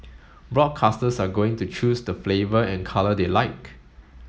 broadcasters are going to choose the flavour and colour they like